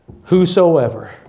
Whosoever